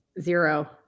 Zero